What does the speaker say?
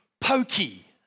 pokey